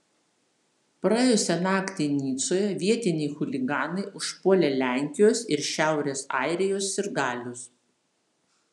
praėjusią naktį nicoje vietiniai chuliganai užpuolė lenkijos ir šiaurės airijos sirgalius